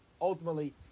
ultimately